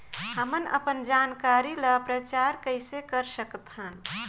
हमन अपन जानकारी ल प्रचार कइसे कर सकथन?